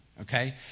Okay